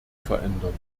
verändern